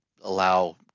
allow